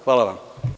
Hvala vam.